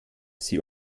sie